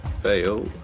fail